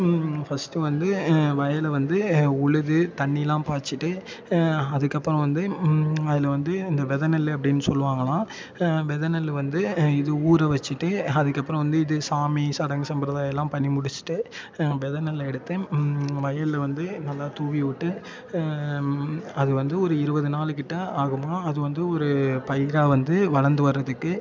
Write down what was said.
first வந்து வயலை வந்து உழுது தண்ணிலாம் பாய்ச்சுட்டு அதுக்கப்புறம் வந்து அதில் வந்து இந்த வெதை நெல் அப்டின்னு சொல்லுவாங்களாம் வெதை நெல் வந்து இது ஊற வெச்சுட்டு அதுக்கப்புறம் வந்து இது சாமி சடங்கு சம்பிரதாயம்லாம் பண்ணி முடிச்சுட்டு வெதை நெல்லை எடுத்து வயலில் வந்து நல்லா தூவி விட்டு அது வந்து ஒரு இருபது நாளுக்கிட்டே ஆகுமாம் அது வந்து ஒரு பயிராக வந்து வளர்ந்து வர்றதுக்கு